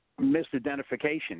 misidentification